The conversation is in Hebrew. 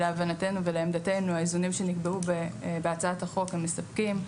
להבנתנו ולעמדתנו האיזונים שנקבעו בהצעת החוק הם מספקים,